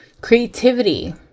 Creativity